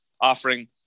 offering